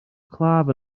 claf